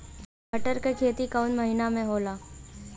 मटर क खेती कवन महिना मे होला?